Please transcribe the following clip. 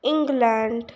England